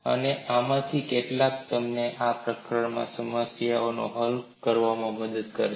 અને આમાંથી કેટલાક તમને આ પ્રકરણમાં સમસ્યાઓ હલ કરવામાં મદદ કરશે